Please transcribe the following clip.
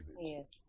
Yes